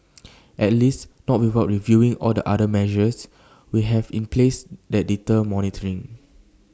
at least not without reviewing all the other measures we have in place that deter motoring